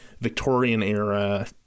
Victorian-era